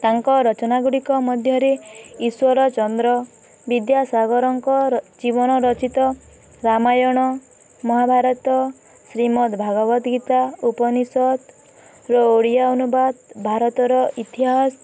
ତାଙ୍କ ରଚନା ଗୁଡ଼ିକ ମଧ୍ୟରେ ଈଶ୍ୱର ଚନ୍ଦ୍ର ବିଦ୍ୟାସାଗରଙ୍କ ଜୀବନ ରଚିତ ରାମାୟଣ ମହାଭାରତ ଶ୍ରୀମଦ ଭାଗବତ ଗୀତା ଉପନିଷଦର ଓଡ଼ିଆ ଅନୁବାଦ ଭାରତର ଇତିହାସ